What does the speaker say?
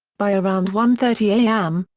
by around one thirty am,